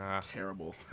Terrible